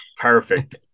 Perfect